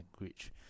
language